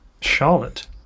Charlotte